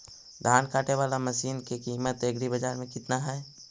धान काटे बाला मशिन के किमत एग्रीबाजार मे कितना है?